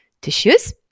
tissues